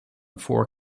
four